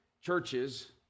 churches